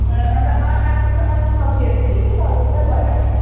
ए अन्त आ अहिले चाहिँ अरू सब्जीहरू चाहिँ के के चल्दैछ बजारमा